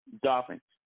dolphins